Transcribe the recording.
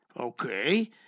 okay